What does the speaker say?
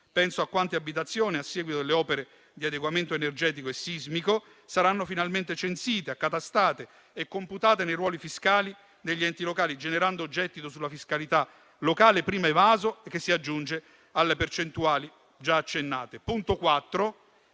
Penso a quante abitazioni, a seguito delle opere di adeguamento energetico e sismico, saranno finalmente censite, accatastate e computate nei ruoli fiscali degli enti locali, generando gettito sulla fiscalità locale, prima evaso, che si aggiunge alle percentuali già accennate.